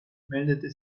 meldete